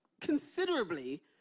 considerably